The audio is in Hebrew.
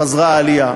חזרה העלייה.